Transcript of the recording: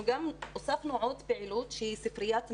אנחנו גם הוספנו עוד פעילות שהיא ספריית 'מרים'.